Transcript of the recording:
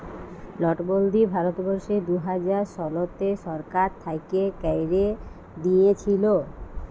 লটবল্দি ভারতবর্ষে দু হাজার শলতে সরকার থ্যাইকে ক্যাইরে দিঁইয়েছিল